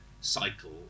cycle